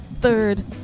third